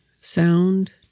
sound